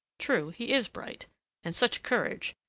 true, he is bright and such courage!